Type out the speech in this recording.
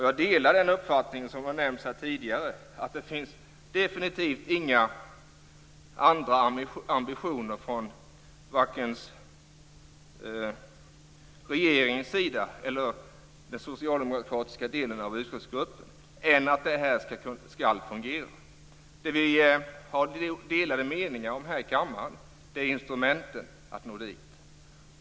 Jag delar den uppfattning som har nämnts tidigare om att det definitivt inte finns några andra ambitioner vare sig från regeringen eller från den socialdemokratiska delen av utskottsgruppen än att det här skall fungera. Det vi har delade meningar om här i kammaren är instrumentet för att nå dit.